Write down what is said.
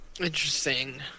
Interesting